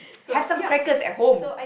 have some crackers at home